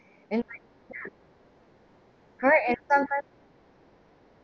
and like ya correct and sometimes